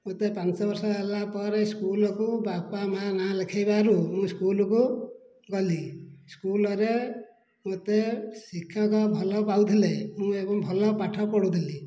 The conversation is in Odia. ମୋତେ ପାଞ୍ଚ ବର୍ଷ ହେଲା ପରେ ସ୍କୁଲ୍କୁ ବାପା ମା' ନାଁ ଲେଖାଇବାରୁ ମୁଁ ସ୍କୁଲ୍କୁ ଗଲି ସ୍କୁଲ୍ରେ ମୋତେ ଶିକ୍ଷକ ଭଲପାଉଥିଲେ ମୁଁ ଏବଂ ଭଲ ପାଠ ପଢ଼ୁଥିଲି